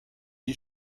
die